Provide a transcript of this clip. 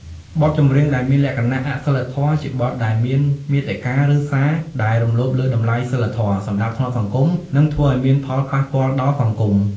បទចម្រៀងដែលមានលក្ខណៈអសីលធម៌ ជាបទដែលមានមាតិកា ឬសារ ដែលរំលោភលើតម្លៃសីលធម៌ សណ្តាប់ធ្នាប់សង្គម និងធ្វើឲ្យមានផលប៉ះពាល់ដល់សង្គម។